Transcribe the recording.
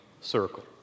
circle